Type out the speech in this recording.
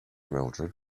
mildrid